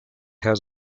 has